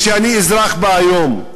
שאני אזרח בה היום.